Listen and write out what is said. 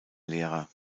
lehrer